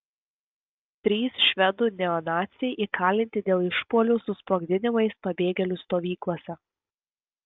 trys švedų neonaciai įkalinti dėl išpuolių su sprogdinimais pabėgėlių stovyklose